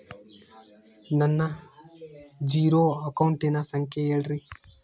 ನನ್ನ ಜೇರೊ ಅಕೌಂಟಿನ ಸಂಖ್ಯೆ ಹೇಳ್ರಿ?